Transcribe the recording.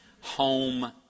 Home